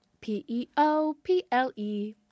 p-e-o-p-l-e